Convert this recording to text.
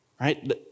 right